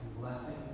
blessing